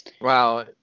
wow